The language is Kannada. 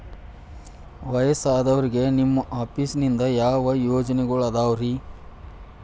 ವಯಸ್ಸಾದವರಿಗೆ ನಿಮ್ಮ ಆಫೇಸ್ ನಿಂದ ಯಾವ ಯೋಜನೆಗಳಿದಾವ್ರಿ?